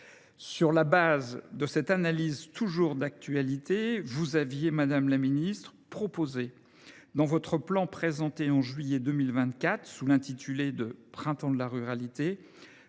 Sur le fondement de cette analyse, toujours d’actualité, vous aviez, madame la ministre, proposé dans votre plan présenté en juillet 2024, intitulé Printemps de la ruralité,